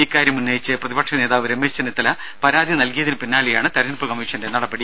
ഇക്കാര്യം ഉന്നയിച്ച് പ്രതിപക്ഷ നേതാവ് രമേശ് ചെന്നിത്തല പരാതി നൽകിയതിന് പിന്നാലെയാണ് തെരഞ്ഞെടുപ്പ് കമ്മീഷന്റെ നടപടി